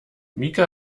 mika